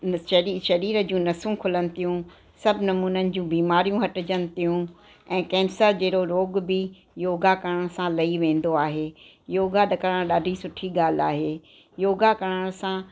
न शरी शरीर जूं नसूं खुलनि थियूं सभु नमूननि जूं बीमारियूं हटिजनि थियूं ऐं कैंसर जो रोग बि योगा करण सां लही वेंदो आहे योगा त करणु ॾाढी सुठी ॻाल्हि आहे योगा करण सां